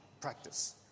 practice